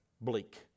bleak